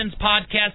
podcast